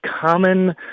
common